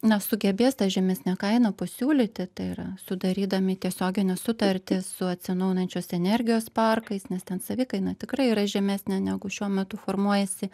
na sugebės tą žemesnę kainą pasiūlyti tai yra sudarydami tiesiogines sutartis su atsinaujinančios energijos parkais nes ten savikaina tikrai yra žemesnė negu šiuo metu formuojasi